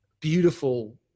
beautiful